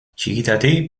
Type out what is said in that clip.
txikitatik